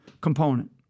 component